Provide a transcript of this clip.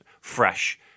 fresh